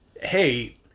hey